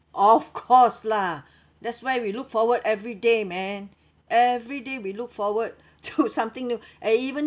of course lah that's why we look forward everyday man everyday we look forward to something new and even